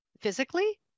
physically